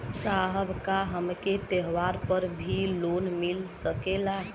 साहब का हमके त्योहार पर भी लों मिल सकेला?